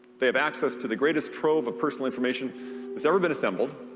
they have access to the greatest trove of personal information that's ever been assembled.